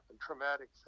traumatic